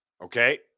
okay